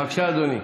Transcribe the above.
בבקשה, אדוני.